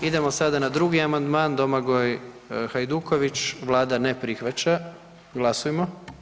Idemo sada na 2. amandman Domagoj Hajduković, Vlada ne prihvaća, glasujmo.